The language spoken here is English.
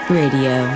radio